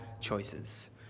choices